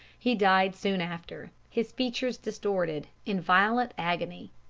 he died soon after his features distorted in violent agony.